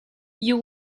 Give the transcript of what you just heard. you